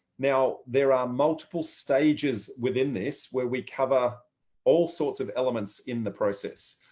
now, there are multiple stages within this where we cover all sorts of elements in the process.